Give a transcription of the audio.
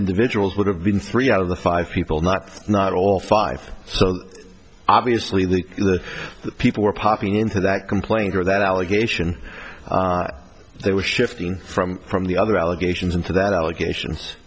individuals would have been three out of the five people not not all five so obviously the people were popping into that complaint or that allegation they were shifting from from the other allegations into that allegation